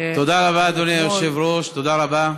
תודה רבה,